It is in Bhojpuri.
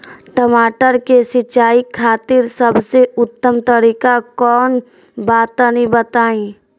टमाटर के सिंचाई खातिर सबसे उत्तम तरीका कौंन बा तनि बताई?